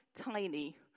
tiny